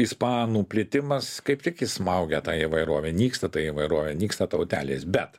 ispanų plitimas kaip tik jis smaugia tą įvairovę nyksta ta įvairovė nyksta tautelės bet